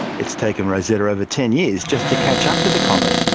it's taken rosetta over ten years just to catch up to the comet.